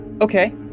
Okay